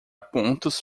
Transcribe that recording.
pontos